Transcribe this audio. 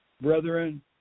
brethren